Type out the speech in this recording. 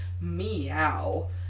meow